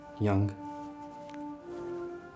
Young